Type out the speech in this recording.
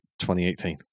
2018